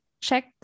check